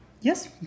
yes